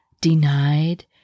denied